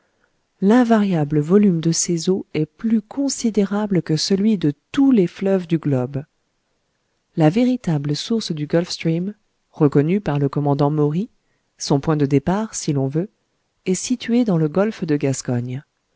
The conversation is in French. l'invariable volume de ses eaux est plus considérable que celui de tous les fleuves du globe la véritable source du gulf stream reconnue par le commandant maury son point de départ si l'on veut est situé dans le golfe de gascogne